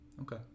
Okay